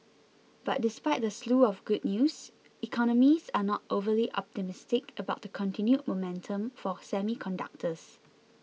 but despite the slew of good news economists are not overly optimistic about the continued momentum for semiconductors